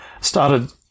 started